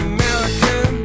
American